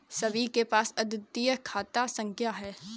सभी के पास अद्वितीय खाता संख्या हैं